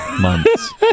months